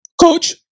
Coach